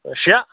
شےٚ